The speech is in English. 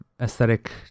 aesthetic